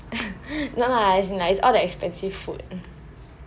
no lah as in it's all the expensive food